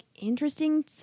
interesting